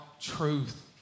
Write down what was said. truth